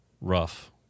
rough